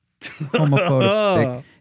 Homophobic